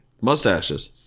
Mustaches